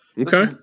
Okay